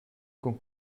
con